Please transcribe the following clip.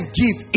give